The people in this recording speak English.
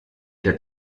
their